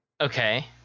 Okay